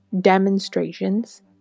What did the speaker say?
demonstrations